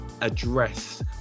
address